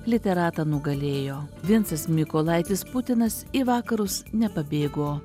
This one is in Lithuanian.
literatą nugalėjo vincas mykolaitis putinas į vakarus nepabėgo